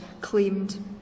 claimed